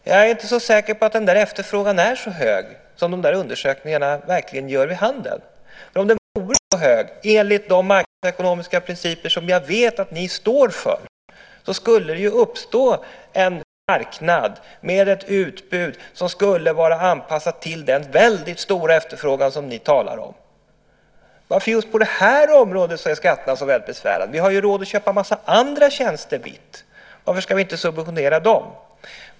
Jag är inte så säker på att den där efterfrågan är så stor som dessa undersökningar ger vid handen. Enligt de marknadsekonomiska principer som jag vet att ni står för skulle det uppstå en marknad med ett utbud som skulle vara anpassat till den väldigt stora efterfrågan som ni talar om. Varför är skatterna så väldigt besvärande just på det här området? Vi har ju råd att köpa en massa andra tjänster vitt, varför ska vi inte subventionera dem?